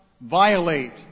violate